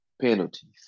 penalties